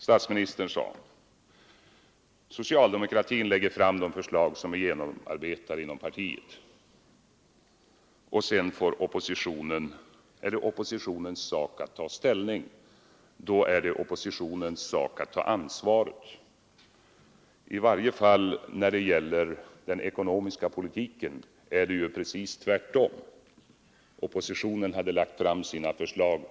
Statsministern sade att socialdemokraterna lägger fram de förslag som de utarbetat inom partiet, och sedan är det oppositionens sak att ta ställning, då är det oppositionens sak att ta ansvaret. I varje fall när det gäller den ekonomiska politiken är det precis tvärtom. Oppositionen hade lagt fram sina förslag.